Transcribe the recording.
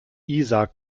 isar